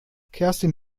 kerstin